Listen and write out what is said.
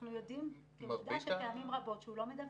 אנחנו יודעים שפעמים רבות הוא לא מדווח.